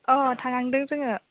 अ थांहांदों जोङो